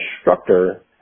instructor